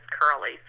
curly